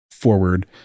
forward